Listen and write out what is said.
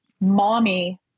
mommy